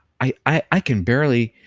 i can barely,